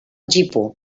gipó